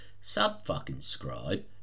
Sub-fucking-scribe